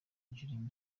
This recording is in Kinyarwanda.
jeremy